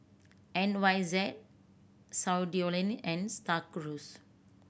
N Y Z Studioline and Star Cruise